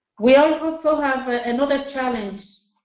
we also have another challenge